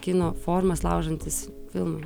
kino formas laužantis filmai